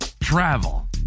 travel